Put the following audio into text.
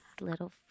little